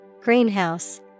Greenhouse